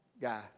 guy